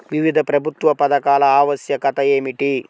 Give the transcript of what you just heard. వివిధ ప్రభుత్వా పథకాల ఆవశ్యకత ఏమిటి?